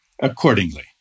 accordingly